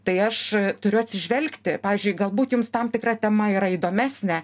tai aš turiu atsižvelgti pavyzdžiui galbūt jums tam tikra tema yra įdomesnė